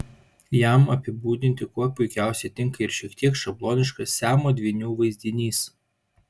jam apibūdinti kuo puikiausiai tinka ir šiek tiek šabloniškas siamo dvynių vaizdinys